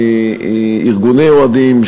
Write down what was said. ארגוני אוהדים,